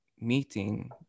meeting